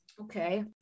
okay